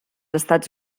estats